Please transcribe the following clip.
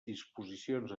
disposicions